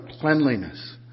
cleanliness